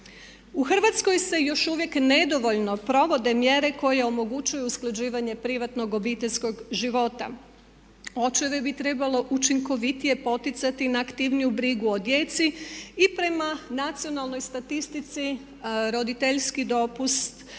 U Hrvatskoj se još uvijek nedovoljno provode mjere koje omogućuju usklađivanje privatnog, obiteljskog života. Očeve bi trebalo učinkovitije poticati na aktivniju brigu o djeci i prema nacionalnoj statistici roditeljski dopust